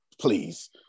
please